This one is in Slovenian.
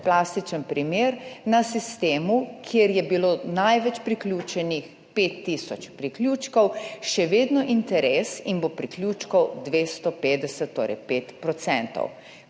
plastičen primer, na sistemu, kjer je bilo največ priključenih 5 tisoč priključkov še vedno interes in bo priključkov 250,